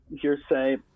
hearsay